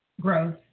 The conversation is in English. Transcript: growth